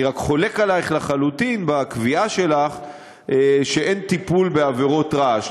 אני רק חולק עלייך לחלוטין בקביעה שלך שאין טיפול בעבירות רעש.